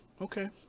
Okay